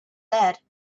that